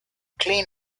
clean